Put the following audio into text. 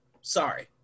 sorry